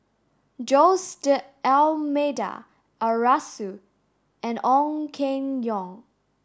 Jose D'almeida Arasu and Ong Keng Yong